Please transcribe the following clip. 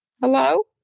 Hello